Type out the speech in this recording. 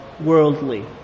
worldly